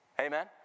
Amen